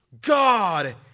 God